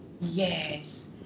yes